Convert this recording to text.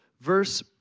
Verse